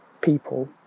people